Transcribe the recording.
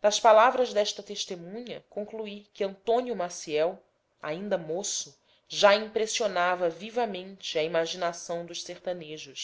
das palavras desta testemunha concluí que antônio maciel ainda moço já impressionava vivamente a imaginação dos sertanejos